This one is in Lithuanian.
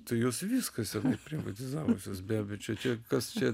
tai jos viską seniai privatizavusios be abejo čia tie kas čia